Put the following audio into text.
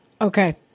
Okay